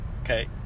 Okay